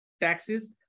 taxes